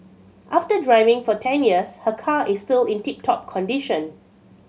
after driving for ten years her car is still in tip top condition